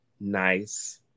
nice